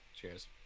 Cheers